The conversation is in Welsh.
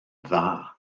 dda